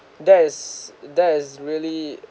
that is that is really